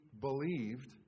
believed